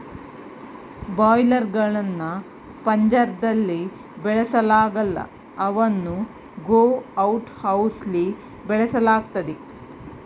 boiler ಗಳ್ನ ಪಂಜರ್ದಲ್ಲಿ ಬೆಳೆಸಲಾಗಲ್ಲ ಅವನ್ನು ಗ್ರೋ ಔಟ್ ಹೌಸ್ಲಿ ಬೆಳೆಸಲಾಗ್ತದೆ